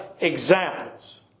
examples